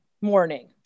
morning